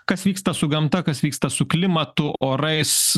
kas vyksta su gamta kas vyksta su klimatu orais